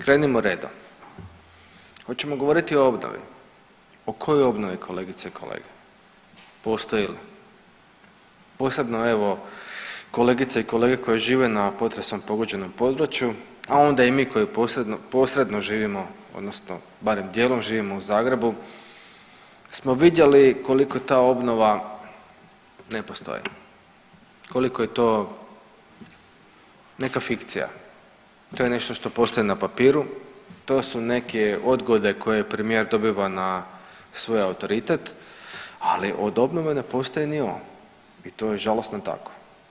Krenimo redom, hoćemo govoriti o obnovi, o kojoj obnovi kolegice i kolege, postoji li, posebno evo kolegice i kolege koje žive na potresom pogođenom području, a onda i mi koji posredno živimo odnosno barem dijelom živimo u Zagrebu smo vidjeli koliko ta obnova ne postoji, koliko je to neka fikcija, to je nešto što postoji na papiru, to su neke odgode koje premijer dobiva na svoj autoritet, ali od obnove ne postoji ni O i to je nažalost tako.